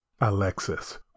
Alexis